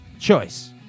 choice